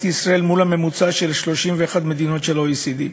ישראל מול הממוצע של 31 מדינות ב-OECD.